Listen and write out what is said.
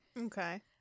Okay